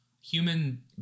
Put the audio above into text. human